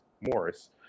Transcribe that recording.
Morris